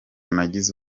nagize